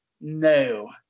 No